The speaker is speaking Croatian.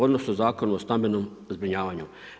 Odnosno sa zakonom o stambenom zbrinjavanju.